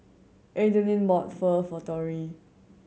Adeline bought Pho for Torry